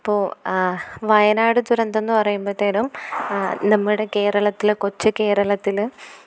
ഇപ്പോൾ വയനാട് ദുരന്തം എന്ന് പറയുമ്പത്തേനും നമ്മുടെ കേരളത്തിൽ കൊച്ച് കേരളത്തിൽ